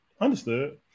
understood